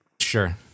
Sure